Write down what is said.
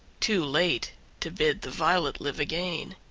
too late to bid the violet live again.